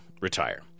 retire